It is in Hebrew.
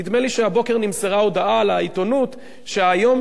נדמה לי שהבוקר נמסרה הודעה לעיתונות שהיום